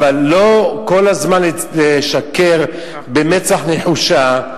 אבל לא כל הזמן לשקר במצח נחושה,